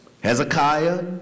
Hezekiah